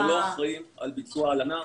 אנחנו לא אחראים על ביצוע הלנה.